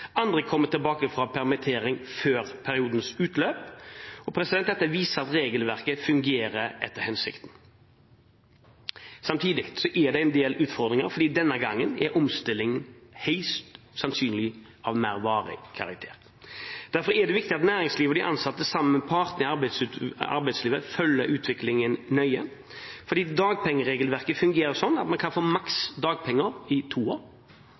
andre ganger kommer folk tilbake fra permittering før periodens utløp. Dette viser at regelverket fungerer etter hensikten. Samtidig er det en del utfordringer fordi denne gangen er omstillingen høyst sannsynlig av mer varig karakter. Det er viktig at næringslivet og de ansatte sammen med partene i arbeidslivet følger utviklingen nøye, fordi dagpengeregelverket fungerer sånn at man kan få dagpenger i maks to år–